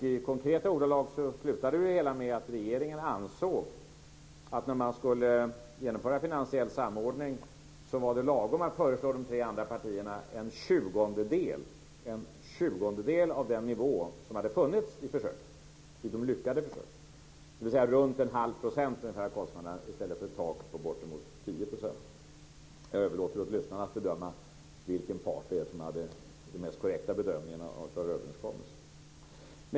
I konkreta ordalag slutade det hela med att regeringen ansåg att när man skulle genomföra finansiell samordning var det lagom att föreslå de tre andra partierna en tjugondedel av den nivå som hade funnits i de lyckade försöken, dvs. runt 1⁄2 % av kostnaderna i stället för ett tak på bortemot 10 %. Jag överlåter åt lyssnarna att bedöma vilken part som hade den mest korrekta bedömningen av överenskommelsen.